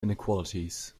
inequalities